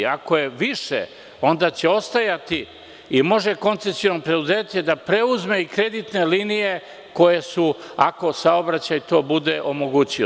Ako je više, onda će ostajati i može koncesiom preduzeće da preuzme i kreditne linije koje su ako saobraćaj bude omogućio.